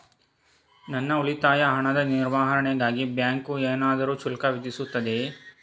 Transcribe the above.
ನನ್ನ ಉಳಿತಾಯ ಹಣದ ನಿರ್ವಹಣೆಗಾಗಿ ಬ್ಯಾಂಕು ಏನಾದರೂ ಶುಲ್ಕ ವಿಧಿಸುತ್ತದೆಯೇ?